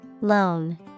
Loan